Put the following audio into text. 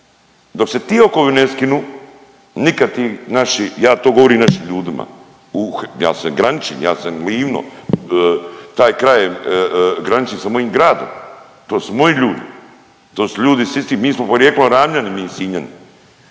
Dok se ti okovi ne skinu nikad ti naši, ja to govorim našim ljudima. Ja se graničim, ja sam Livno. Taj kraj graniči sa mojim gradom, to su mojim ljudi. To su ljudi s istim, mi smo porijeklom Ravnjani mi Sinjani.